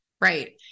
Right